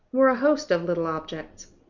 were a host of little objects,